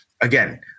again